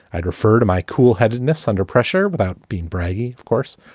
i'd refer to my cool headedness under pressure without being braggy. of course,